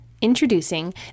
Introducing